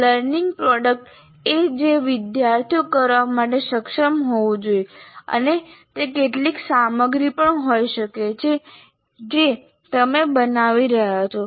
learning product એ છે જે વિદ્યાર્થીએ કરવા માટે સક્ષમ હોવું જોઈએ અને તે કેટલીક સામગ્રી પણ હોઈ શકે છે જે તમે બનાવી રહ્યા છો